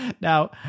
Now